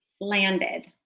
landed